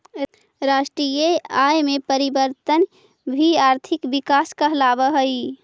राष्ट्रीय आय में परिवर्तन भी आर्थिक विकास कहलावऽ हइ